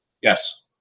Yes